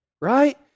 Right